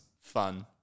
fun